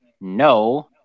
no